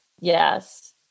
Yes